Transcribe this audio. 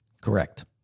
Correct